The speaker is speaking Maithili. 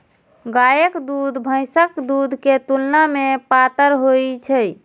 गायक दूध भैंसक दूध के तुलना मे पातर होइ छै